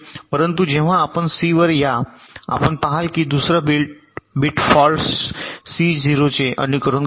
परंतु जेव्हा आपण सी वर या आपण पहाल की दुसरा बिट फॉल्ट सी चे 0 चे अनुकरण करतो